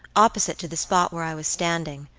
opposite to the spot where i was standing,